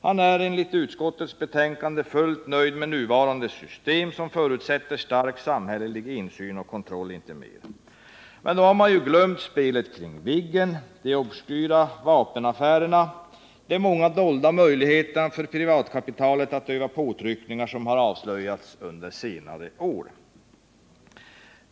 Han är enligt utskottets betänkande helt nöjd med det nuvarande systemet, som förutsätter stark samhällelig insyn och kontroll — och inte mer. Men då har man ju glömt spelet om Viggen, de obskyra vapenaffärerna och de många dolda möjligheterna för privatkapitalet att öva påtryckningar som avslöjats under senare år.